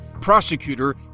prosecutor